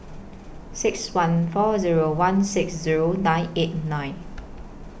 six one four Zero one six Zero nine eight nine